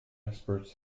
experts